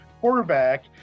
quarterback